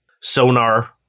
Sonar